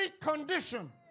condition